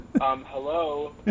hello